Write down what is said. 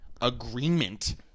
agreement